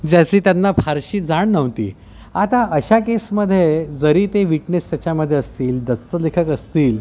ज्याची त्यांना फारशी जाण नव्हती आता अशा केसमध्ये जरी ते वीटनेस त्याच्यामध्ये असतील दस्तलेखक असतील